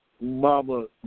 mama